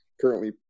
currently